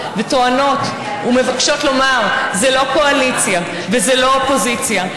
וטוענות ומבקשות לומר: זה לא קואליציה וזה לא אופוזיציה.